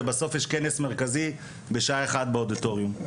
ובסוף יש כנס מרכזי בשעה 13:00 באודיטוריום.